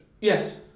Yes